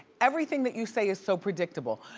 everything that you say is so predictable.